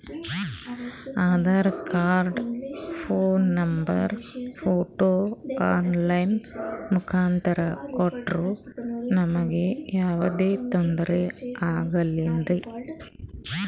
Aadhaar card, phone number, photo online ಮುಖಾಂತ್ರ ಕೊಟ್ರ ನಮಗೆ ಯಾವುದೇ ತೊಂದ್ರೆ ಆಗಲೇನ್ರಿ?